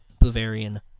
Bavarian